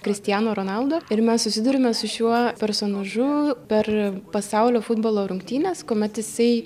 kristiano ronaldo ir mes susiduriame su šiuo personažu per pasaulio futbolo rungtynes kuomet jisai